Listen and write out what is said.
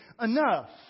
enough